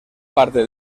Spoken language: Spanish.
parte